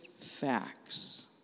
facts